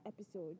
episode